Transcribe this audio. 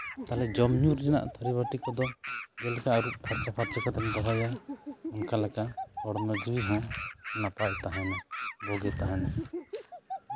ᱛᱟᱦᱚᱞᱮ ᱡᱚᱢ ᱧᱩ ᱨᱮᱱᱟᱜ ᱛᱷᱟᱹᱨᱤᱵᱟᱹᱴᱤ ᱠᱚᱫᱚ ᱡᱮᱞᱮᱠᱟ ᱟᱹᱨᱩᱵ ᱯᱷᱟᱨᱪᱟᱼᱯᱷᱟᱨᱪᱤ ᱠᱟᱛᱮᱢ ᱫᱚᱦᱚᱭᱟ ᱚᱱᱠᱟ ᱞᱮᱠᱟ ᱦᱚᱲᱢᱚ ᱡᱤᱣᱤ ᱦᱚᱸ ᱱᱟᱯᱟᱭ ᱛᱟᱦᱮᱸᱱᱟ ᱵᱩᱜᱤ ᱛᱟᱦᱮᱸᱱᱟ